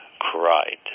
cried